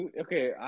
okay